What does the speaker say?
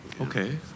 Okay